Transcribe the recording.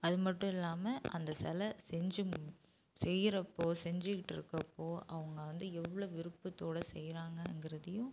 அது மட்டுமில்லாமல் அந்த சில செஞ்சு மு செய்றப்போ செஞ்சிகிட்டு இருக்கப்போ அவங்க வந்து எவ்வளோ விருப்பத்தோட செய்கிறாங்ககிறதையும்